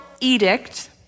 edict